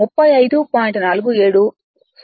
47 2 1